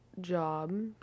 job